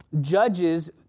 Judges